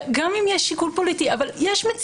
גם אם יש שיקול פוליטי יש מציאות.